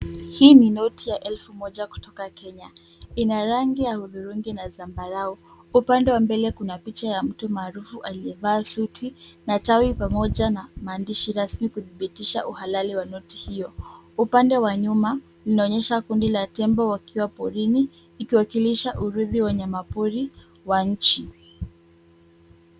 Hii ni noti ya elfu moja kutoka Kenya. Ina rangi ya hudhurungi na zambarau. Upande wa mbele kuna picha ya mtu maarufu aliyevaa suti na tai pamoja na maandishi rasmi kuthibitisha uhalali wa noti hio. Upande wa nyuma inaonyesha kundi la tembo wakiwa porini ikiwakilisha uridhi wa wanyama pori wa nchi.